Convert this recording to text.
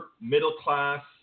middle-class